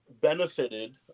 benefited